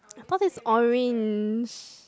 cause it's orange